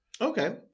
Okay